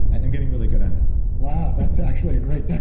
i'm getting really good at it wow, that's actually a great